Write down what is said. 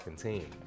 team